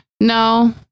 no